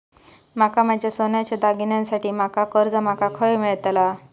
माका माझ्या सोन्याच्या दागिन्यांसाठी माका कर्जा माका खय मेळतल?